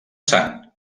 sant